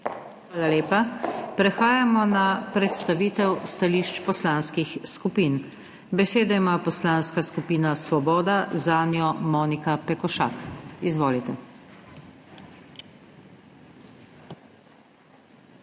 Hvala lepa. Prehajamo na predstavitev stališč poslanskih skupin. Besedo ima Poslanska skupina Svoboda, zanjo Monika Pekošak. Izvolite.